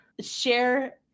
Share